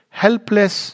helpless